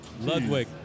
Ludwig